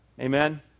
Amen